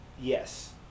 yes